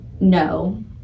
no